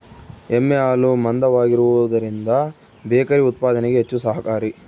ಎಮ್ಮೆ ಹಾಲು ಮಂದವಾಗಿರುವದರಿಂದ ಬೇಕರಿ ಉತ್ಪಾದನೆಗೆ ಹೆಚ್ಚು ಸಹಕಾರಿ